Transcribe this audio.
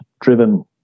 driven